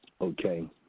Okay